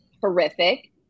horrific